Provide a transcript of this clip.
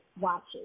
watches